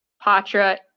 Patra